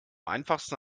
einfachsten